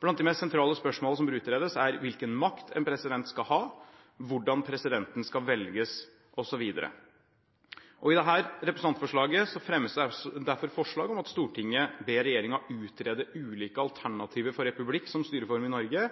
Blant de mer sentrale spørsmål som bør utredes, er: Hvilken makt skal en president ha? Hvordan skal presidenten velges? I dette representantforslaget fremmes det derfor forslag om at Stortinget ber regjeringen utrede ulike alternativer for republikk som styreform i Norge